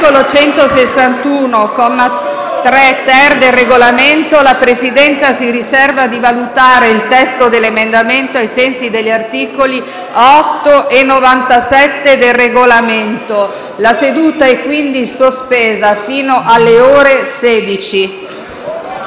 Regolamento del Senato, la Presidenza si riserva di valutare il testo dell'emendamento, ai sensi degli articoli 8 e 97 del Regolamento. La seduta è sospesa fino alle ore 16.